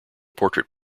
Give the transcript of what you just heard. portrait